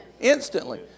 Instantly